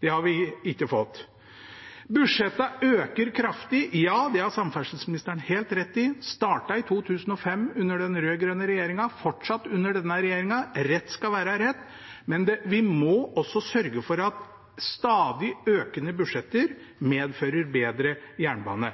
Det har vi ikke fått. Budsjettene øker kraftig, det har samferdselsministeren helt rett i. Det startet i 2005 under den rød-grønne regjeringen, og har fortsatt under denne regjeringen, rett skal være rett, men vi må også sørge for at stadig økende budsjetter medfører bedre jernbane.